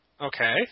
Okay